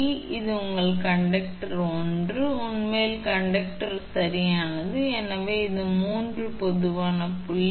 எனவே இது உங்கள் கண்டக்டர் 1 இது உண்மையில் கண்டக்டர் சரியானது எனவே இந்த 3 பொதுவான புள்ளி